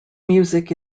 music